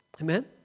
Amen